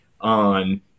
on